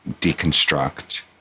deconstruct